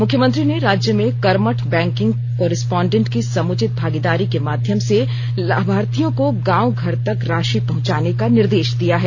मुख्यमंत्री ने राज्य में कर्मठ बैंकिंग कॉरसपोंडेंट की समुचित भागीदारी के माध्यम से लाभार्थियों को गांव घर तक राशि पहुंचाने का निर्देश दिया है